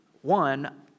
One